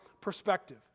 perspective